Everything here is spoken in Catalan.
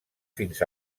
fins